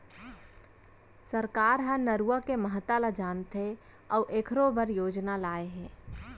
सरकार ह नरूवा के महता ल जानथे अउ एखरो बर योजना लाए हे